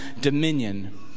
dominion